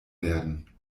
werden